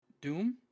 Doom